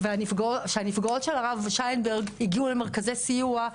כשהנפגעות של הרב שיינברג הגיעו למרכזי סיוע,